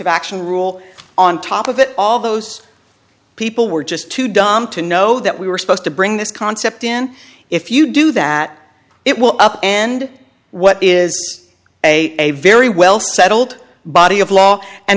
the action rule on top of it all those people were just too dumb to know that we were supposed to bring this concept in if you do that it will up and what is a a very well settled body of law and